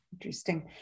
Interesting